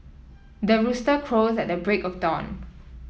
the rooster crows at the break of dawn